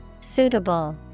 Suitable